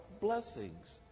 blessings